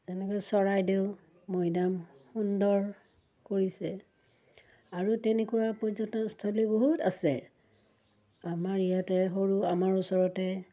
যেনেকৈ চৰাইদেউ মৈদাম সুন্দৰ কৰিছে আৰু তেনেকুৱা পৰ্যটনস্থলী বহুত আছে আমাৰ ইয়াতে সৰু আমাৰ ওচৰতে